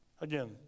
Again